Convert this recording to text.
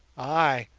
ay,